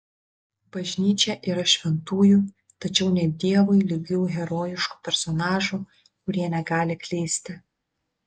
bažnyčia yra šventųjų tačiau ne dievui lygių herojiškų personažų kurie negali klysti